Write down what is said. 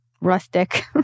Rustic